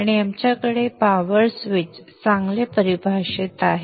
आणि आमच्याकडे power switch चांगले परिभाषित आहे